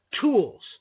Tools